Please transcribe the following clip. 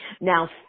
Now